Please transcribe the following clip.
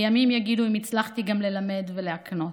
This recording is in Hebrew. וימים יגידו אם הצלחתי גם ללמד ולהקנות.